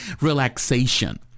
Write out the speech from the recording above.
relaxation